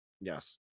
Yes